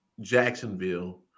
Jacksonville